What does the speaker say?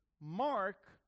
Mark